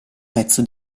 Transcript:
pezzo